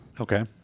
Okay